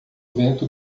vento